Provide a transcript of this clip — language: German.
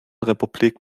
republik